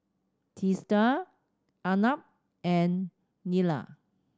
Teesta Arnab and Neila